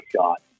shot